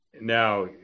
Now